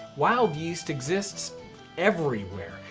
wild yeast exists everywhere.